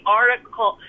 article